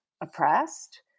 oppressed